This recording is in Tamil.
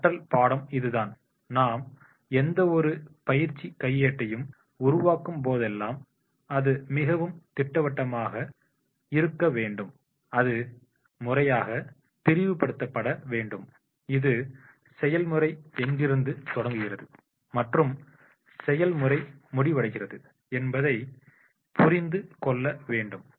கற்றல் பாடம் இதுதான் நாம் எந்தவொரு பயிற்சி கையேட்டையும் உருவாக்கும் போதெல்லாம் அது மிகவும் திட்டவட்டமாக இருக்க வேண்டும் அது முறையாக பிரிவுப்படுத்தப்பட வேண்டும் இது செயல்முறை எங்கிருந்து தொடங்குகிறது மற்றும் செயல்முறை முடிவடைகிறது என்பதை புரிந்து கொள்ள வேண்டும்